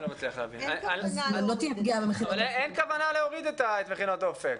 אין כוונה להוציא --- אין כוונה להוריד את מכינות אופק.